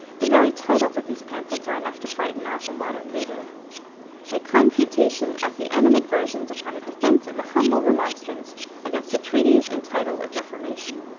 the very titles of these pamphlets are enough to frighten off a modern reader a confutation of the animadversions upon a defense of a humble remonstrance against a treatise, entitled of reformation.